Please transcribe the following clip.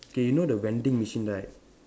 okay you know the vending machine right